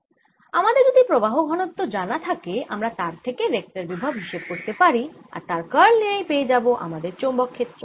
আমাদের যদি প্রবাহ ঘনত্ব জানা থাকে আমরা তার থেকে ভেক্টর বিভব হিসেব করতে পারি আর তার কার্ল নিলেই পেয়ে যাবো আমাদের চৌম্বক ক্ষেত্র